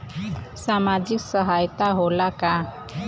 सामाजिक सहायता होला का?